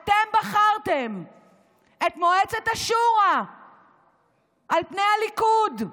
אתם בחרתם את מועצת השורא על פני הליכוד.